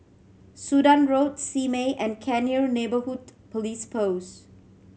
Sudan Road Simei and Cairnhill Neighbourhood Police Post